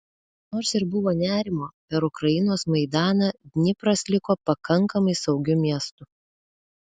nors ir buvo nerimo per ukrainos maidaną dnipras liko pakankamai saugiu miestu